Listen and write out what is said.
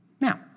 Now